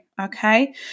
okay